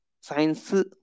science